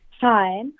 Hi